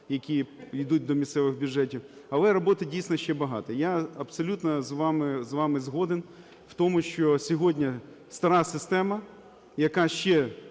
які йдуть до місцевих бюджетів. Але роботи, дійсно, ще багато. Я абсолютно з вами згоден в тому, що сьогодні стара система, яка ще,